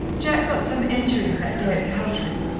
jack got some injury that day at peltry,